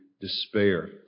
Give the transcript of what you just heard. despair